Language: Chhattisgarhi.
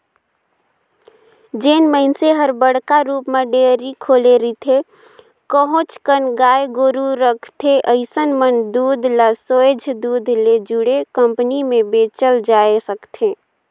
जेन मइनसे हर बड़का रुप म डेयरी खोले रिथे, काहेच कन गाय गोरु रखथे अइसन मन दूद ल सोयझ दूद ले जुड़े कंपनी में बेचल जाय सकथे